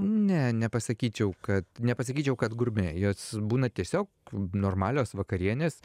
ne nepasakyčiau kad nepasakyčiau kad gurme jos būna tiesiog normalios vakarienės